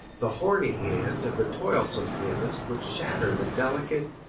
the horny hand of the toilsome pianist would shatter the delicate,